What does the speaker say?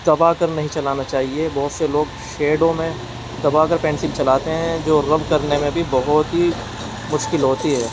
دبا کر نہیں چلانا چاہیے بہت سے لوگ شیڈوں میں تبا کر پینسل چلاتے ہیں جو رب کرنے میں بھی بہت ہی مشکل ہوتی ہے